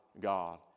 God